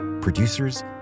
producers